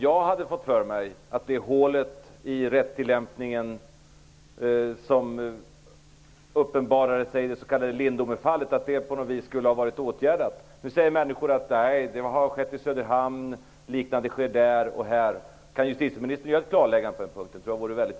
Jag hade fått för mig att det hål i rättstillämpningen om uppenbarades genom det s.k. Lindomefallet hade åtgärdats. Man säger nu att liknande saker har skett här och var, t.ex. i Söderhamn. Det vore väldigt värdefullt om justitieministern kunde göra ett klarläggande på denna punkt.